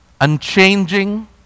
unchanging